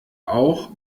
auch